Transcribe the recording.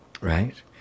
right